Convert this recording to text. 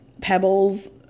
pebbles